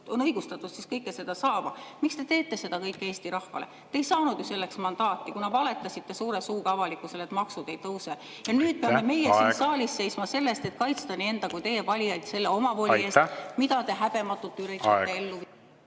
on õigustatud kõike seda saama. Miks te teete seda kõike Eesti rahvale? Te ei saanud selleks mandaati, kuna valetasite suure suuga avalikkusele, et maksud ei tõuse. Nüüd peame meie saalis seisma selle eest, et kaitsta nii enda kui teie valijaid selle omavoli eest, mida te häbematult üritate ellu